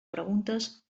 preguntes